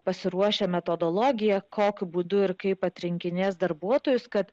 pasiruošia metodologiją kokiu būdu ir kaip atrinkinės darbuotojus kad